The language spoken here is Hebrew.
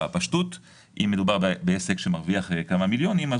אם מדובר בעסק שמרוויח כמה מיליונים הוא